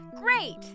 Great